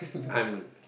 I'm